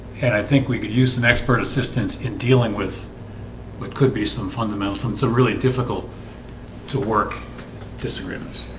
and i think we could use some expert assistance in dealing with what could be some fundamental? it's a really difficult to work disagree knows